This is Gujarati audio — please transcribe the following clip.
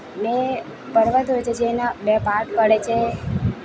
બે પર્વતો હોય છે જે એના બે પાર્ટ પડે છે